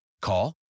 Call